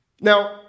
Now